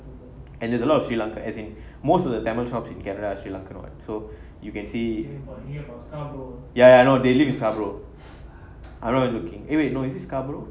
and there's a lot of sri lanka as in most of the tamil shops in canada are sri lankan what so you can see ya ya I know they live in scarborough I not even joking eh wait is it scarborough